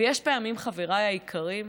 ויש פעמים, חבריי היקרים,